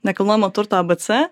nekilnojamo turto abc